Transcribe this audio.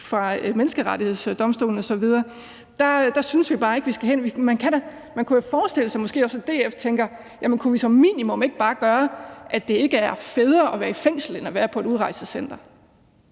for af Menneskerettighedsdomstolen osv., synes vi bare ikke at vi skal hen til. Man kunne jo måske forestille sig, at også DF tænker, om vi som minimum ikke bare kunne gøre, at det ikke er federe at være i fængsel end at være på et udrejsecenter,